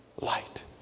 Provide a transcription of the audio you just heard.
light